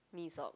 me sob